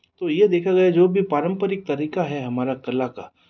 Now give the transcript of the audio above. तो ये देखा गया है जो भी पारम्परिक तरीक़ा है हमारा कला का